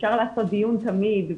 אפשר לעשות דיון תמיד,